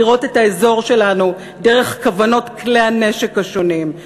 לראות את האזור שלנו דרך כוונות כלי הנשק השונים,